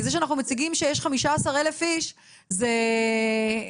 כי זה שאנחנו מציגים שיש 15,000 איש זה לא.